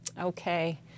Okay